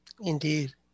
Indeed